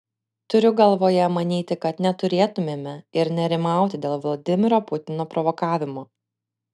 turiu galvoje manyti kad neturėtumėme ir nerimauti dėl vladimiro putino provokavimo